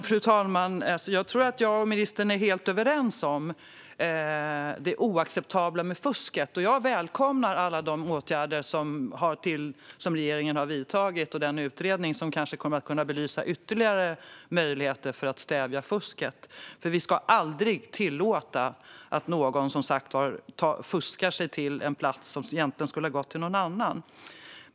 Fru talman! Jag tror att jag och ministern är helt överens om att fusket är oacceptabelt. Jag välkomnar alla åtgärder som regeringen har vidtagit och den utredning som kanske kommer att kunna belysa ytterligare möjligheter att stävja fusket. Vi ska som sagt aldrig tillåta att någon fuskar sig till en plats som egentligen skulle ha gått till någon annan.